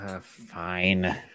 Fine